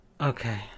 Okay